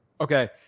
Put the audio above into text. Okay